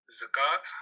zakat